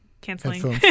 Canceling